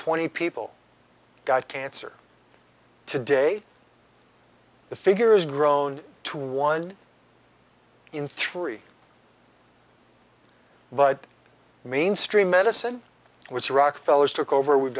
twenty people got cancer today the figure is grown to one in three but mainstream medicine which rockefeller's took over we've